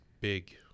big